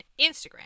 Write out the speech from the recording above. Instagram